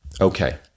Okay